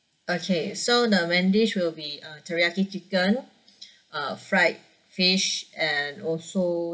okay so the main dish will be uh teriyaki chicken uh fried fish and also